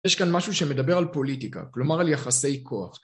יש כאן משהו שמדבר על פוליטיקה, כלומר על יחסי כוח.